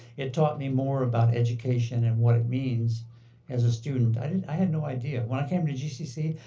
it taught me more about education and what it means as a student. i had no idea. when i came to gcc,